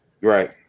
Right